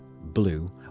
blue